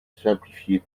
simplifiez